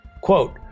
Quote